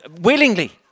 willingly